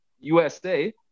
USA